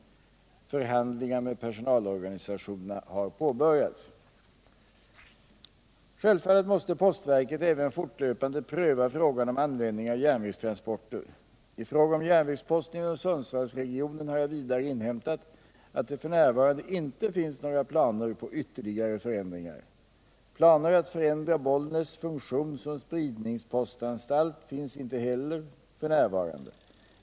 Förhandlingar med personalorganisationerna har påbörjats. Självfallet måste postverket även fortlöpande pröva frågan om användningen av järnvägstransporter. I fråga om järnvägsposten inom Sundsvallsregionen har jag vidare inhämtat att det f.n. inte finns några planer på ytterligare förändringar. Planer att förändra Bollnäs funktion som spridningspostanstalt finns heller inte f. n.